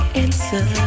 answer